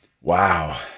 Wow